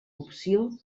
opció